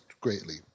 greatly